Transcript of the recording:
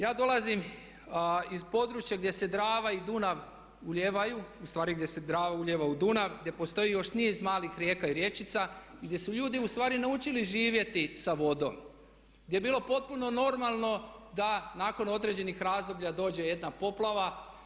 Ja dolazim iz područja gdje se Drava i Dunav ulijevaju, u stvari gdje se Drava ulijeva u Dunav, gdje postoji još niz malih rijeka i rječica i gdje su ljudi u stvari naučili živjeti sa vodom, gdje je bilo potpuno normalno da nakon određenih razdoblja dođe jedna poplava.